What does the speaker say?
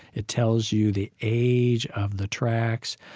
it tells you the age of the tracks.